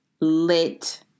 lit